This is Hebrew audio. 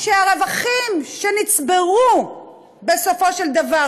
שהרווחים שנצברו בסופו של דבר,